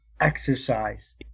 exercise